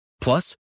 Plus